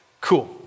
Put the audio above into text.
Cool